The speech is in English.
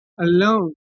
alone